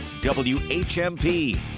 WHMP